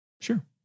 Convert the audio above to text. Sure